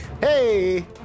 hey